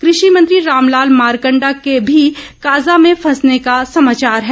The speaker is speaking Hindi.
कृषि मंत्री रामलाल मारकंडा के भी काजा में फसने का समाचार है